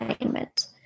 alignment